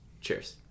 cheers